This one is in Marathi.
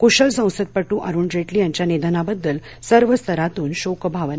कुशल संसदपट्र अरुण जेटली यांच्या निधनाबद्दल सर्व स्तरातून शोकभावना